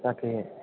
তাকে